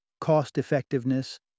cost-effectiveness